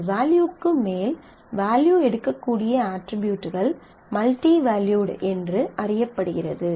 ஒரு வேல்யூக்கு மேல் வேல்யூ எடுக்கக்கூடிய அட்ரிபியூட்கள் மல்டி வேல்யூட் என்று அறியப்படுகிறது